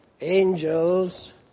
angels